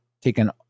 taken